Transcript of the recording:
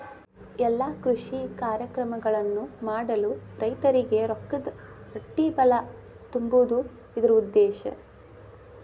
ಎಲ್ಲಾ ಕೃಷಿ ಕಾರ್ಯಕ್ರಮಗಳನ್ನು ಮಾಡಲು ರೈತರಿಗೆ ರೊಕ್ಕದ ರಟ್ಟಿಬಲಾ ತುಂಬುದು ಇದ್ರ ಉದ್ದೇಶ